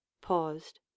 paused